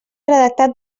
redactat